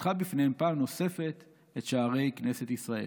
ופתחה בפניהם פעם נוספת את שערי כנסת ישראל.